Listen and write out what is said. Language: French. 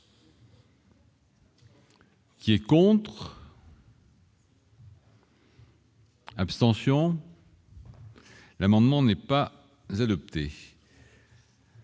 Qui est contre. Abstention. L'amendement n'est pas adopté.